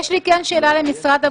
אני מסכימה עם יושב-ראש הוועדה,